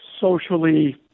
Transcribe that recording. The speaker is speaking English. socially